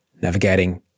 navigating